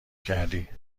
کردی